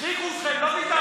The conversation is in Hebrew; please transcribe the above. הכריחו אתכם, לא ויתרתם.